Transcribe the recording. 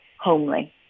homely